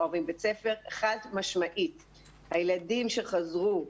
חד משמעית הילדים שחזרו,